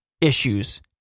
issues